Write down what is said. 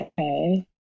Okay